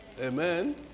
Amen